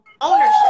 ownership